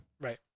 Right